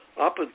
Up